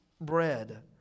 bread